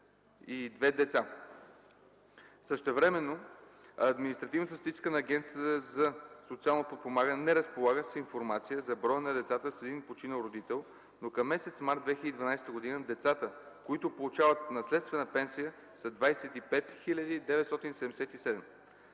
892 деца. Същевременно административната статистика на Агенцията за социално подпомагане не разполага с информация за броя на децата с един починал родител, но към месец март 2012 г. децата, които получават наследствена пенсия, са 25 977.